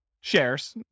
shares